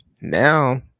now